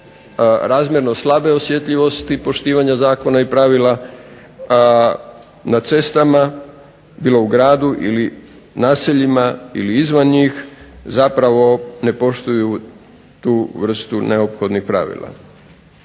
razmjerno slabe osjetljivosti poštivanja zakona i pravila na cestama bilo u gradu ili naseljima ili izvan njih zapravo ne poštuju tu vrstu neophodnih pravila.